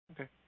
Okay